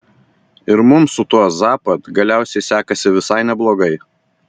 ir mums su tuo zapad galiausiai sekasi visai neblogai